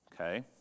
Okay